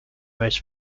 most